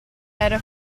era